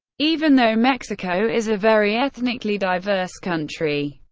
even though mexico is a very ethnically diverse country,